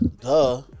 Duh